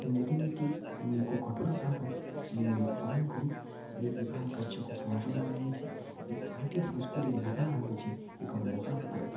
ରୀତିନୀତିକୁ କଠୋର ଭାବେ ପାଳନ କରି ଏହି ବିବାହ କାର୍ଯ୍ୟକୁ ସମାପନ କରାଯାଇଥାଏ ଭାରତୀୟ ସଂସ୍କୃତିରେ ବିବାହ ହେଉଛି ଏକ ମହାପର୍ବ